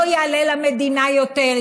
לא יעלה למדינה יותר,